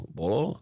bolo